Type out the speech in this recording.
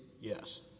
Yes